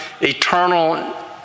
eternal